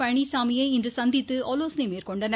பழனிசாமியை இன்று சந்தித்து ஆலோசனை மேற்கொண்டனர்